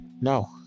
No